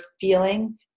feeling